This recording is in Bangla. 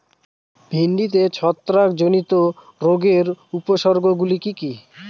ভিন্ডিতে ছত্রাক জনিত রোগের উপসর্গ গুলি কি কী?